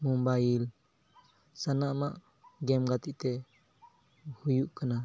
mobile ᱥᱟᱱᱟᱢᱟᱜ ᱜᱮᱢ ᱜᱟᱛᱮᱜ ᱛᱮ ᱦᱩᱭᱩᱜ ᱠᱟᱱᱟ